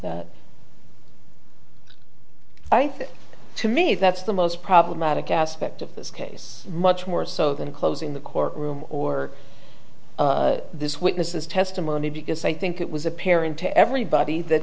that i think to me that's the most problematic aspect of this case much more so than closing the courtroom or this witness's testimony because i think it was apparent to everybody that